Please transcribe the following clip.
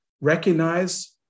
recognize